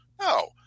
No